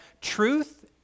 truth